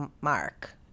mark